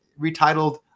retitled